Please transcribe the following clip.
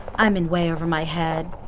i'm in way over my head.